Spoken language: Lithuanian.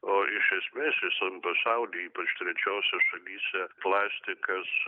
o iš esmės visam pasauly ypač trečiose šalyse plastikas